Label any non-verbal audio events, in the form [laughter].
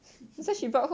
[breath]